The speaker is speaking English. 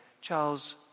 Charles